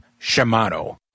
Shimano